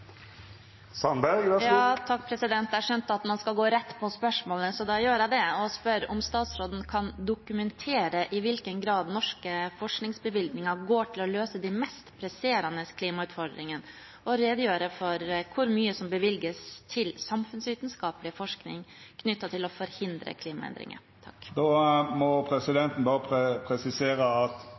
spør om statsråden kan dokumentere i hvilken grad norske forskningsbevilgninger går til å løse de mest presserende klimautfordringene, og redegjøre for hvor mye som bevilges til samfunnsvitenskapelig forskning knyttet til å forhindre klimaendringer. Presidenten må